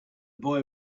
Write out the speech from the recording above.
boy